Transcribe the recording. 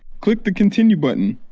click the continue button.